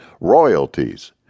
royalties